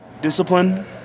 discipline